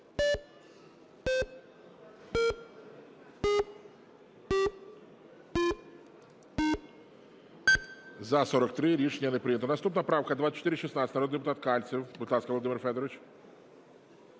За-43 Рішення не прийнято. Наступна правка - 2416, народний депутат Кальцев. Будь ласка, Володимир Федорович.